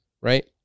right